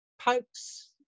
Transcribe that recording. pokes